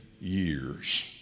years